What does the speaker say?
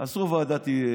הדירקטוריון עשה ועדת איתור,